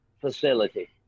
facility